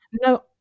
no